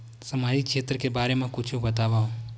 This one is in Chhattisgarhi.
सामाजिक क्षेत्र के बारे मा कुछु बतावव?